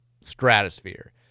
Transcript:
stratosphere